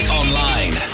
online